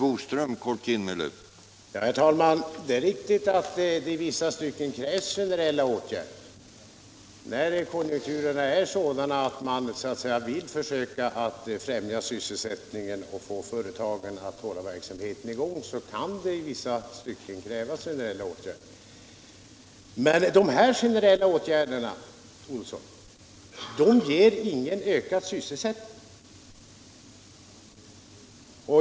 Herr talman! Det är riktigt att när konjunkturerna är sådana att man vill främja sysselsättningen och få företagen att hålla verksamheten i gång, kan det i vissa fall krävas generella åtgärder. Men dessa generella åtgärder, herr Olsson i Järvsö, ger ingen ökad sysselsättning.